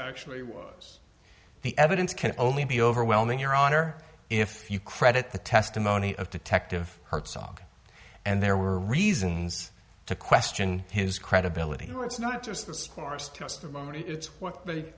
actually was the evidence can only be overwhelming your honor if you credit the testimony of detective hertzog and there were reasons to question his credibility you know it's not just the scores testimony it's what they